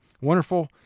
Wonderful